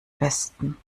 besten